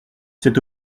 cet